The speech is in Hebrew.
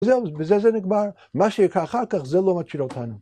וזה נגמר, מה שקרה אחר כך זה לא מציל אותנו.